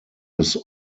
his